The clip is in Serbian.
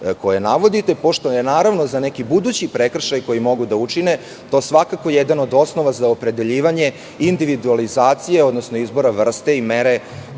koje navodite, pošto je, naravno, za neki budući prekršaj koji mogu da učine to svakako jedan od osnova za opredeljivanje individualizacije, odnosno izbora vrste i mere